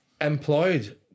employed